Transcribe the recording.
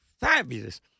fabulous